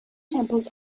temples